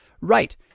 Right